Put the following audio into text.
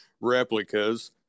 replicas